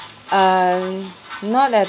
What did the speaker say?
uh not at